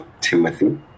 Timothy